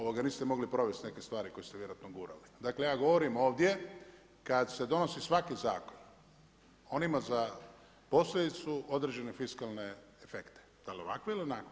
Ovoga, niste mogli provesti neke stvari koje ste vjerojatno gurali, Dakle, ja govorim ovdje kad se donosi svaki zakon, on ima za posljedicu određene fiskalne efekte, da li ovakve ili onakve.